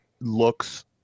looks